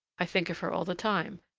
i think of her all the time,